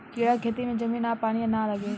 कीड़ा के खेती में जमीन आ पानी ना लागे